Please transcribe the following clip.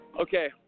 Okay